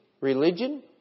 religion